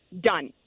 Done